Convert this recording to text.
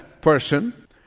person